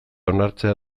onartzea